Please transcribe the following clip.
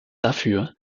dafür